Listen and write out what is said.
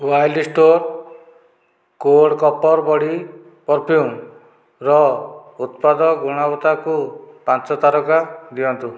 wild Stone Code Copper body ପର୍ଫ୍ୟୁମ୍ର ଉତ୍ପାଦ ଗୁଣବତ୍ତାକୁ ପାଞ୍ଚ ତାରକା ଦିଅନ୍ତୁ